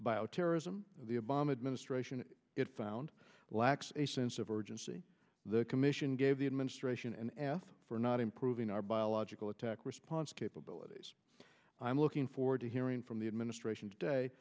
bioterrorism the obama administration it found lacks a sense of urgency the commission gave the administration ath for not improving our biological attack response capabilities i'm looking forward to hearing from the administration